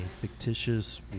fictitious